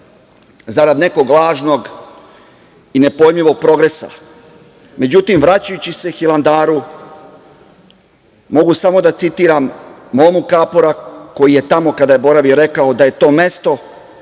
zarad nekog lažnog i nepojmljivog progresa.Međutim, vraćajući se Hilandaru, mogu samo da citiram Momu Kapora koji je tamo kada je boravio rekao da je to mesto